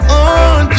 on